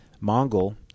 Mongol